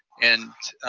and